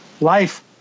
Life